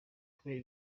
kubera